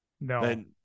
No